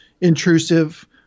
intrusive